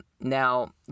Now